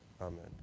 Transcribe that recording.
Amen